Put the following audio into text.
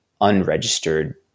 unregistered